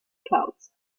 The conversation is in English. clouds